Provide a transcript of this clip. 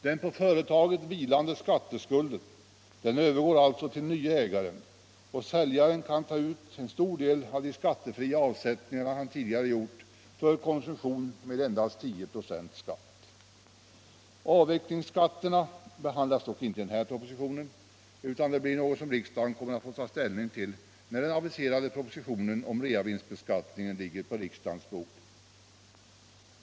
Den på företaget vilande skatteskulden övergår alltså till nye ägaren, och säljaren kan för konsumtion ta ut en stor del av de skattefria avsättningar han tidigare gjort med endast 10", skatt. Avvecklingsskatterna behandlas dock inte i denna proposition, utan detta blir någonting som riksdagen kommer att få ta ställning till när den aviserade propositionen om reavinstbeskattningen ligger på riksdagens bord.